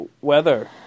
weather